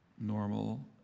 normal